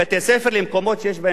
למקומות שיש בהם בתי-ספר.